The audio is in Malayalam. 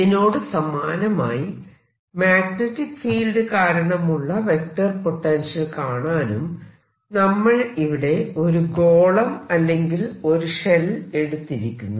ഇതിനോട് സമാനമായി മാഗ്നെറ്റിക് ഫീൽഡ് കാരണമുള്ള വെക്റ്റർ പൊട്ടൻഷ്യൽ കാണാനും നമ്മൾ ഇവിടെ ഒരു ഗോളം അല്ലെങ്കിൽ ഒരു ഷെൽ എടുത്തിരിക്കുന്നു